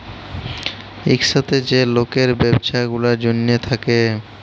ইকসাথে যে লকের ব্যবছা গুলার জ্যনহে থ্যাকে